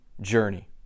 journey